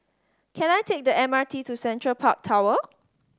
can I take the M R T to Central Park Tower